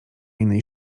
innej